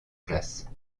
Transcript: place